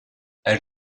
elle